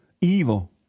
evil